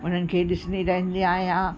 उन्हनि खे ॾिसंदी रहंदी आहियां